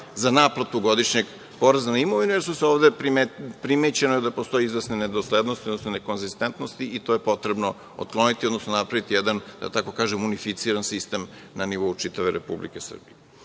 za naplatu godišnjeg poreza na imovinu, jer ovde je primećeno da postoje izvesne nedoslednosti, odnosno nekonzistentnosti i to je potrebno otkloniti, odnosno napraviti jedan, da tako kažem, unificiran sistem na nivou čitave Republike Srbije. Druga